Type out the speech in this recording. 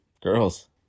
girls